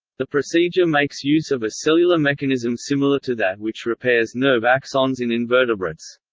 the procedure makes use of a cellular mechanism similar to that which repairs nerve axons in invertebrates.